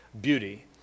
beauty